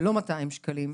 ולא 200 שקלים,